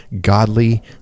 godly